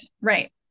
right